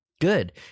Good